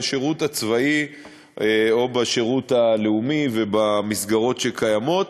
בשירות הצבאי או בשירות הלאומי ובמסגרות שקיימות.